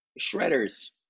shredders